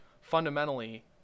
fundamentally